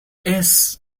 yes